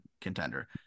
contender